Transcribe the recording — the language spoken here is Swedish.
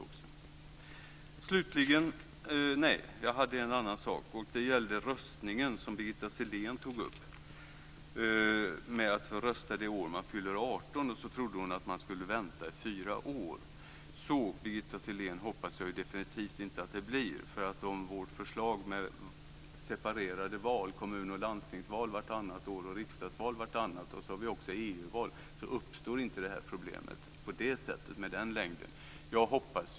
Jag har också en annan sak som jag vill säga. Det gäller frågan om röstningen, som Birgitta Sellén tog upp. Om man inte får rösta det år man fyller 18 trodde hon att man skulle få vänta i fyra år. Så hoppas jag definitivt inte att det blir, Birgitta Sellén. Med vårt förslag med separerade kommunal och landstingsval vartannat år och riksdagsval vartannat år - och så har vi också EU-val - uppstår inte problemet med den längden.